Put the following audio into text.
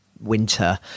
winter